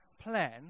plan